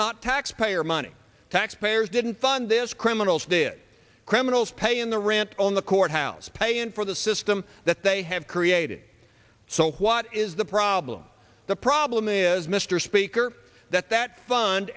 not taxpayer money taxpayers didn't fund this criminals did criminals pay in the rent on the courthouse paying for the system that they have created so what is the problem the problem is mr speaker that that